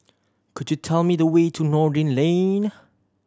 could you tell me the way to Noordin Lane